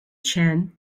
chen